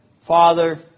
father